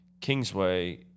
kingsway